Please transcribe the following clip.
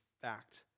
Fact